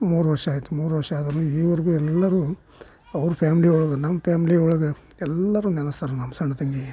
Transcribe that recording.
ಮೂರು ವರ್ಷ ಆಯಿತು ಮೂರು ವರ್ಷ ಆದ್ರೂ ಇಲ್ಲಿವರೆಗೂ ಎಲ್ಲರೂ ಅವ್ರ ಫ್ಯಾಮ್ಲಿ ಒಳಗೆ ನಮ್ಮ ಪ್ಯಾಮ್ಲಿ ಒಳಗೆ ಎಲ್ಲರೂ ನೆನೆಸ್ತಾರೆ ನಮ್ಮ ಸಣ್ಣ ತಂಗಿಗೆ